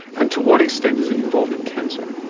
and to what extent is it involved in cancer?